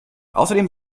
außerdem